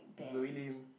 Zoey-Lim